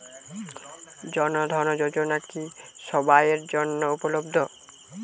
জন ধন যোজনা কি সবায়ের জন্য উপলব্ধ?